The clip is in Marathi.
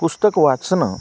पुस्तक वाचणं